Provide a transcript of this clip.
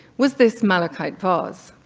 was this malachite vase.